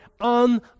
on